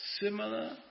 similar